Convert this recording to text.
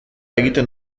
egiten